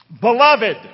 Beloved